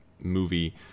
movie